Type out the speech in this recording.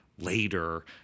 Later